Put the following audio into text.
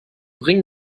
bring